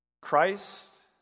Christ